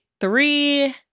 three